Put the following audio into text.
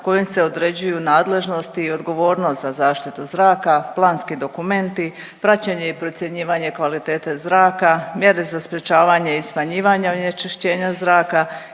kojim se određuju nadležnosti i odgovornost za zaštitu zraka, planski dokumenti, praćenje i procjenjivanje kvalitete zraka, mjere za sprječavanje i smanjivanje onečišćenja zraka,